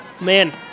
Man